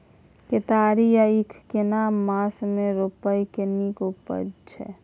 केतारी या ईख केना मास में रोपय से नीक उपजय छै?